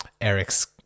Eric's